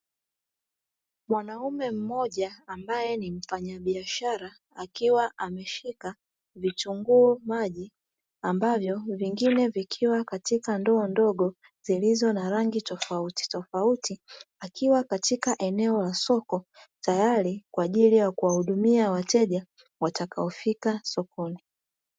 Mwanaume mmoja ambaye ni mfanyabiashara akiwa ameshika vitunguu maji ambavyo vingine vikiwa katika ndoo dogo zilizo na rangi tofautitofauti, akiwa katika eneo la soko tayari kwa ajili ya kuwahudumia wateja watakao fika sokoni.